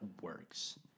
works